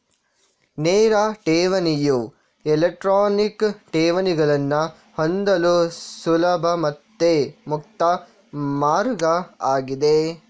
ನೇರ ಠೇವಣಿಯು ಎಲೆಕ್ಟ್ರಾನಿಕ್ ಠೇವಣಿಗಳನ್ನ ಹೊಂದಲು ಸುಲಭ ಮತ್ತೆ ಮುಕ್ತ ಮಾರ್ಗ ಆಗಿದೆ